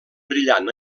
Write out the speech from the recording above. brillant